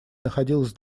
находилась